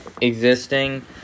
existing